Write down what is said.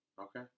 Okay